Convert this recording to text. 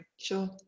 sure